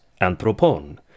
Anthropon